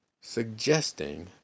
suggesting